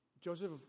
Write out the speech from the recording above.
Joseph